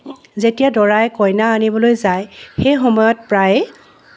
যেতিয়া দৰাই কইনা আনিবলৈ যায় সেই সময়ত প্ৰায়েই